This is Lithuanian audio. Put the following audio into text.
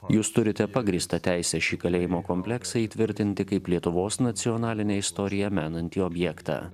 jūs turite pagrįstą teisę šį kalėjimo kompleksą įtvirtinti kaip lietuvos nacionalinę istoriją menantį objektą